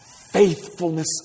faithfulness